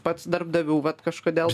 pats darbdavių vat kažkodėl